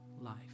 life